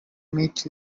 meet